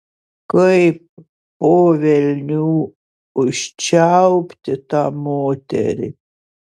kaip po velnių užčiaupti tą moterį